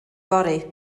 fory